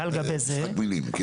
זה משחק מילים.